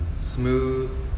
smooth